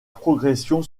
progression